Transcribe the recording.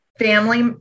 family